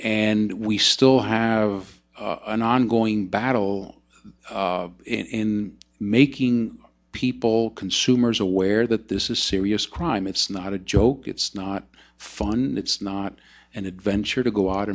and we still have an ongoing battle in making people consumers aware that this is a serious crime it's not a joke it's not fun it's not an adventure to go out